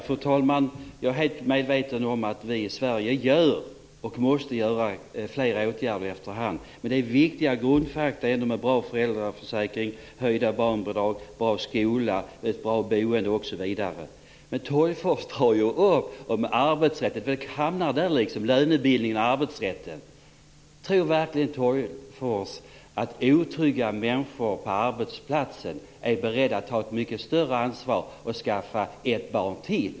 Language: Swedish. Fru talman! Jag är medveten om att vi i Sverige måste göra fler åtgärder efter hand. Men viktiga grundfakta är en bra föräldraförsäkring, höjda barnbidrag, en bra skola, ett bra boende osv. Men Tolgfors tar upp arbetsrätten och lönebildningen. Tror verkligen Tolgfors att människor som är otrygga på arbetsplatsen är beredda att ta ett mycket större ansvar och skaffa ett barn till?